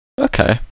Okay